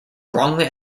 wrongly